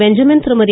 Benjamin Thirumathi